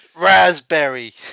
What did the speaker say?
Raspberry